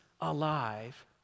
alive